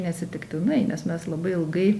neatsitiktinai nes mes labai ilgai